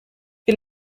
wir